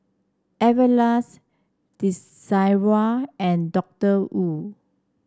Everlast Desigual and Doctor Wu